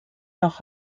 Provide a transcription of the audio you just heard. nach